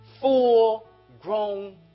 full-grown